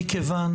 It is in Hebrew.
מכיוון